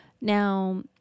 Now